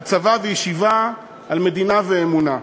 על צבא וישיבה, על מדינה ואמונה.